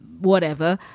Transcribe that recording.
whatever.